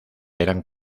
eran